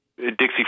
Dixie